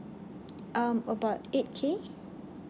um about eight K